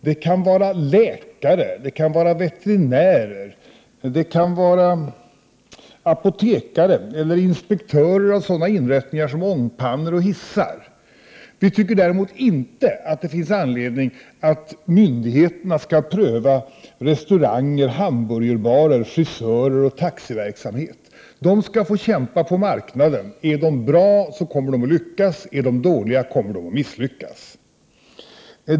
Det kan vara läkare, veterinärer, apotekare eller inspektörer av sådana inrättningar som ångpannor och hissar. Vi tycker däremot inte att det finns anledning att myndigheterna skall pröva restauranger, hamburgerbarer, frisörer och taxiverksamhet. De skall få kämpa på marknaden. Är de bra kommer de att lyckas, och är de dåliga kommer de att misslyckas.